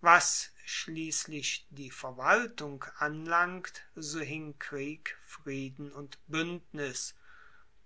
was schliesslich die verwaltung anlangt so hing krieg frieden und buendnis